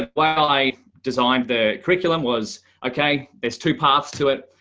ah while i designed the curriculum was okay, there's two parts to it.